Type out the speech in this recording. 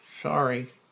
Sorry